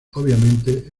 obviamente